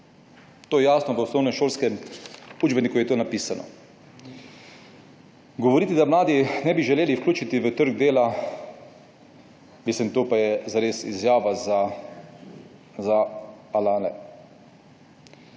To je jasno, v osnovnem šolskem učbeniku je to napisano. Govoriti, da se mladi ne bi želeli vključiti v trg dela. To je pa zares izjava za anale.